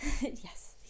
Yes